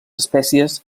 espècies